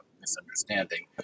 misunderstanding